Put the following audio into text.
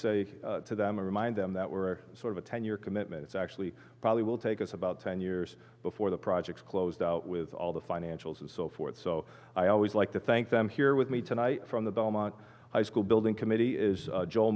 say to them remind them that we're sort of a ten year commitment it's actually probably will take us about ten years before the project's closed out with all the financials and so forth so i always like to thank them here with me tonight from the belmont high school building committee is